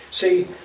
See